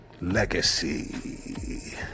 legacy